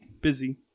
busy